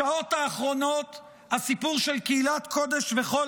בשעות האחרונות הסיפור של קהילת קודש וחול